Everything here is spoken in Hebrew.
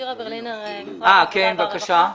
העבודה והרווחה.